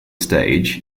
stage